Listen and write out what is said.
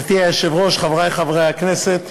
לפרוטוקול: חברת הכנסת